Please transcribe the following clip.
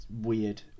Weird